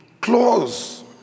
close